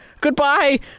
goodbye